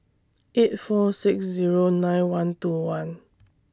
eight four six Zero nine one two one